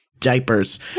diapers